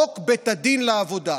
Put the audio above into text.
חוק בית הדין לעבודה.